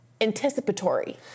anticipatory